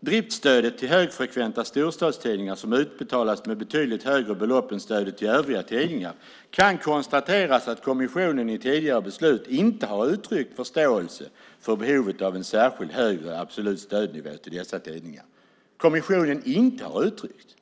driftstödet till högfrekventa storstadstidningar som utbetalas med betydligt högre belopp än stödet till övriga tidningar kan det konstateras att kommissionen i tidigare beslut inte har uttryckt förståelse för behovet av en särskild högre absolut stödnivå till dessa tidningar. Kommissionen har alltså inte uttryckt detta.